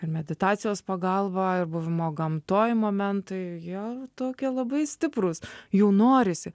ir meditacijos pagalba ir buvimo gamtoj momentai jie tokie labai stiprūs jų norisi